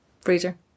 Freezer